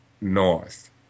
North